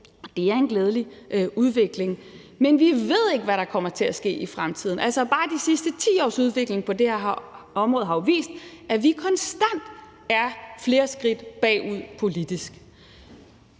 det er en glædelig udvikling. Men vi ved ikke, hvad der kommer til at ske i fremtiden. Bare de sidste 10 års udvikling på det her område har jo vist, at vi politisk set konstant er flere skridt bagud.